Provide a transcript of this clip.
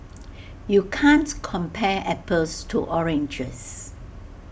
you can't compare apples to oranges